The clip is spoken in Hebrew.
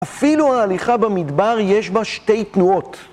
אפילו ההליכה במדבר יש בה שתי תנועות.